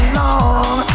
long